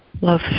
love